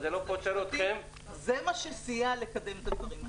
זה מה שסייע לקדם את הדברים מהר.